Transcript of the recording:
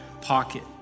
pocket